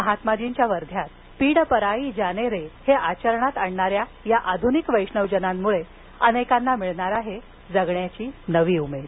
महात्माजींच्या वध्यात पीड पराई जाने रे हे आचरणात आणणाऱ्या या आधुनिक वैष्णवजनांमुळे अनेकांना मिळणार आहे जगण्याची नवी उमेद